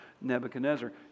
Nebuchadnezzar